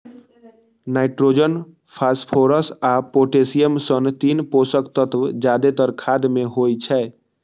nitrogen, phosphorus आ potassium सन तीन पोषक तत्व जादेतर खाद मे होइ छै